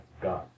God